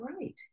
right